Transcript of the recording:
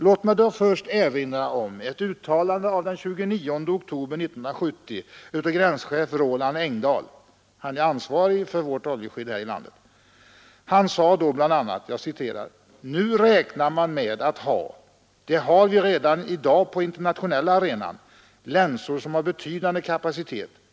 Låt mig då först erinra om ett uttalande den 29 oktober 1970 av gränschef Roland Engdahl — ansvarig för oljeskyddet här i landet. Han sade då bl.a.: ”Nu räknar man med att ha — det har vi redan i dag på den internationella arenan — länsor som har betydande kapacitet.